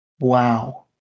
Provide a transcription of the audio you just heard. Wow